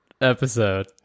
episode